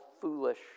foolish